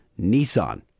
Nissan